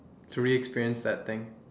to reexperience that thing